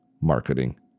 marketing